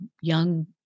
young